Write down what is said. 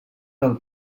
del